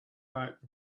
back